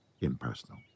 impersonal